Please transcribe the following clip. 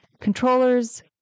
controllers